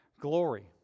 glory